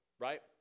right